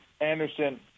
Anderson